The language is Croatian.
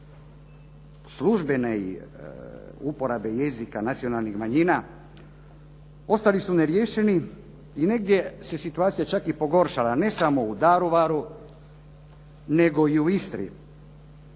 službene uporabe jezika nacionalnih manjina ostali su neriješeni i negdje se situacija čak i pogoršala, ne samo u Daruvaru nego i u Istri.